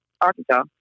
Arkansas